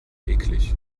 eklig